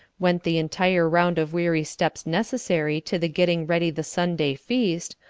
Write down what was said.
went the entire round of weary steps necessary to the getting ready the sunday feast,